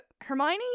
Hermione